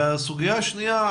הסוגיה השנייה,